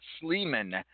Sleeman